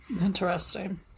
Interesting